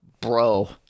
bro